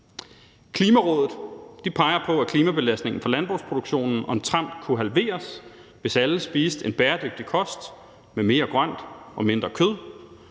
Klimarådet peger på, at klimabelastningen på landbrugsproduktionen omtrent kunne halveres, hvis alle spiste en bæredygtig kost med mere grønt og mindre kød,